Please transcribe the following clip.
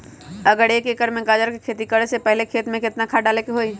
अगर एक एकर में गाजर के खेती करे से पहले खेत में केतना खाद्य डाले के होई?